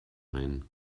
ein